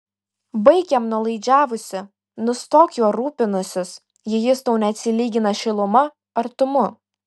baik jam nuolaidžiavusi nustok juo rūpinusis jei jis tau neatsilygina šiluma artumu